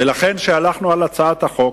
ולכן, כשהלכנו על הצעת החוק,